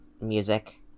music